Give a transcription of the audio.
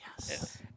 Yes